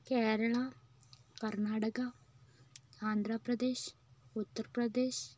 Kerala Karnataka Andhra Pradesh Uttar Pradesh